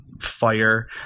fire